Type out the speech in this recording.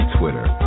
Twitter